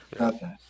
Okay